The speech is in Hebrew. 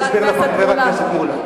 אני אסביר לך, חבר הכנסת מולה: